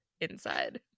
inside